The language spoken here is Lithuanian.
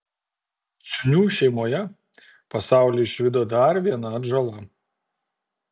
ciūnių šeimoje pasaulį išvydo dar viena atžala